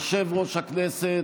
יושב-ראש הכנסת,